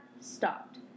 stopped